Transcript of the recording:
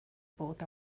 both